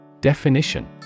Definition